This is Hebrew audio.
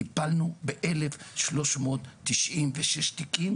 טיפלנו באלף שלוש מאות תשעים ושש תיקים